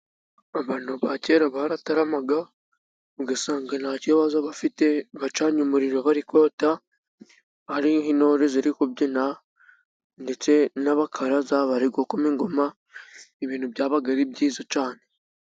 Abantu ba kera barataramaga, ugasanga nta kibazo bafite bacanye umuriro bari kota, hari n'intore ziri kubyina ndetse n'abakaraza bari gukoma ingoma, ibintu byabaga ari byiza cyane.